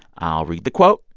i'll read the quote.